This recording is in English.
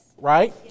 Right